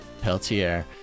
Peltier